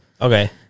Okay